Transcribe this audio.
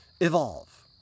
evolve